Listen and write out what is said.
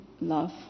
love